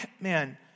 man